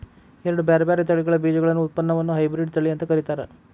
ಎರಡ್ ಬ್ಯಾರ್ಬ್ಯಾರೇ ತಳಿಗಳ ಬೇಜಗಳ ಉತ್ಪನ್ನವನ್ನ ಹೈಬ್ರಿಡ್ ತಳಿ ಅಂತ ಕರೇತಾರ